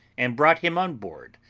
and brought him on board,